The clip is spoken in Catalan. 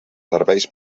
serveis